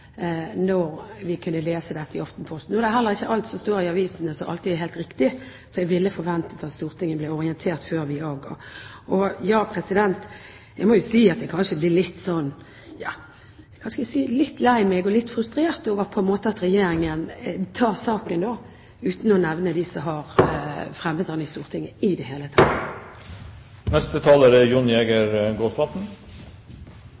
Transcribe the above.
vi skulle gjøre det – da vi kunne lese dette i Aftenposten. Det er heller ikke slik at alt som står i avisene, alltid er helt riktig. Jeg ville forventet at Stortinget ble orientert før vi avga innstilling. Ja, jeg må si at jeg kanskje blir litt lei meg og frustrert over at Regjeringen tar saken uten i det hele tatt å nevne dem som har fremmet den i Stortinget.